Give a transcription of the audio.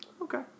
Okay